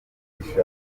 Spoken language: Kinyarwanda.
zishaje